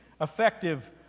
effective